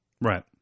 Right